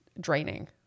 draining